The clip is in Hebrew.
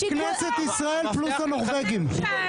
זה כנסת ישראל פלוס הנורווגים.